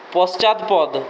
পশ্চাৎপদ